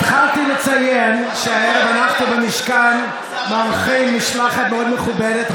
התחלתי לציין שהערב אנחנו במשכן מארחים משלחת מאוד מכובדת,